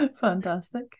fantastic